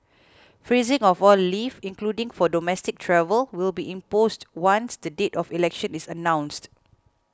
freezing of all leave including for domestic travel will be imposed once the date of the election is announced